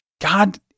God